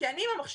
כי אני במחשב.